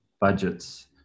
budgets